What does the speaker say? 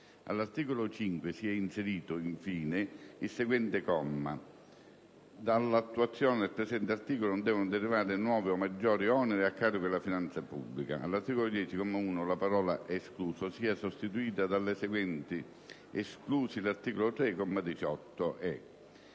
all'articolo 5, sia inserito, in fine, il seguente comma: "7. Dall'attuazione del presente articolo non devono derivare nuovi o maggiori oneri a carico della finanza pubblica"; - all'articolo 10, comma 1, la parola "escluso" sia sostituita dalle seguenti: «esclusi l'articolo 3,